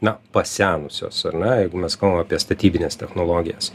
na pasenusios ar ne jeigu mes kalbam apie statybines technologijas